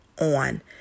on